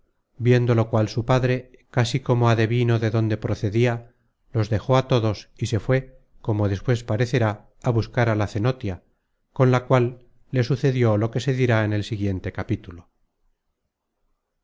viendo lo cual su padre casi como adevino de dónde procedia los dejó á todos y se fué como despues parecerá á buscar a la cenotia con la cual le sucedió lo que se dirá en el siguiente capítulo